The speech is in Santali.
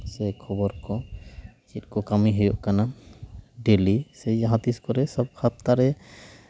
ᱥᱮ ᱠᱷᱚᱵᱚᱨ ᱠᱚ ᱪᱮᱫ ᱠᱚ ᱠᱟᱹᱢᱤ ᱦᱩᱭᱩᱜ ᱠᱟᱱᱟ ᱰᱮᱞᱤ ᱥᱮ ᱡᱟᱦᱟᱸ ᱛᱤᱥ ᱠᱚᱨᱮ ᱥᱚᱵ ᱦᱟᱯᱛᱟᱨᱮ